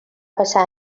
passar